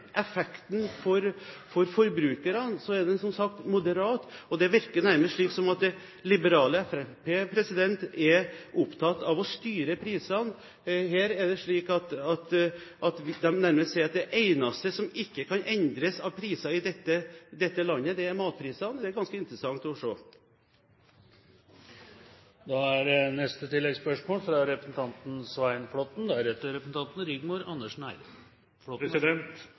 effekten for forbrukerne, er den, som sagt, moderat, og det virker nærmest som om det liberale Fremskrittspartiet er opptatt av å styre prisene. Her er det slik at de nærmest sier at det eneste som ikke kan endres av priser i dette landet, er matprisene. Det er ganske interessant å se. Svein Flåtten – til oppfølgingsspørsmål. Denne diskusjonen er